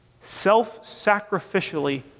self-sacrificially